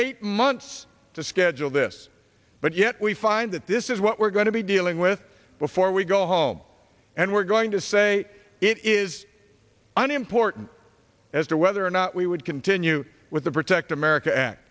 eight months to schedule this but yet we find that this is what we're going to be dealing with before we go home and we're going to say it is unimportant as to whether or not we would continue with the protect america